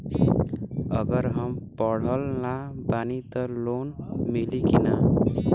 अगर हम पढ़ल ना बानी त लोन मिली कि ना?